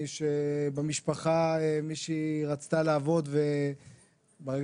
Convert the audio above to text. במשפחה שלי מישהי רצתה לעבוד וברגע